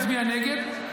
תצביע נגד,